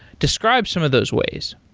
describe some of those ways.